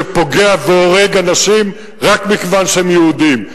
שפוגע באנשים והורג אנשים רק מכיוון שהם יהודים,